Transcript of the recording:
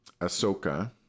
Ahsoka